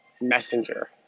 messenger